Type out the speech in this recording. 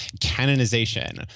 canonization